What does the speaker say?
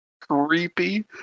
creepy